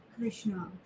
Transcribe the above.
Krishna